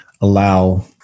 allow